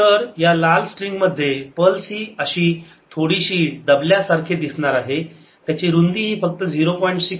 तर या लाल स्ट्रिंग मध्ये पल्स ही अशी थोडीशी दबल्यासारखे दिसणार आहे त्याची रुंदी ही फक्त 0